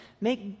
make